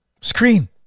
Screen